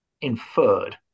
inferred